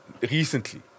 Recently